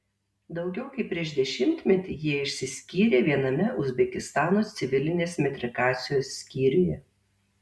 daugiau kaip prieš dešimtmetį jie išsiskyrė viename uzbekistano civilinės metrikacijos skyriuje